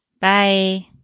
Bye